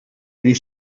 les